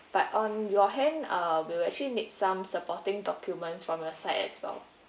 but on your hand uh we'll actually need some supporting documents from your side as well